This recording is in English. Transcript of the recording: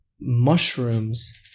mushrooms